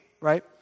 right